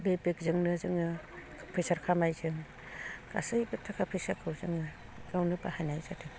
बे बेगजोंनो जोङो फैसा खामायदों गासैबो थाखा फैसाखौ गावनो बाहायनाय जादों